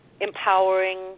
empowering